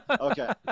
Okay